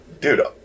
dude